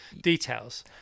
details